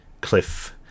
cliff